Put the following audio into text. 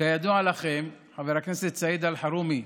כידוע לכם, חבר הכנסת סעיד אלחרומי,